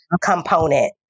component